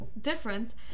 different